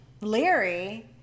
Larry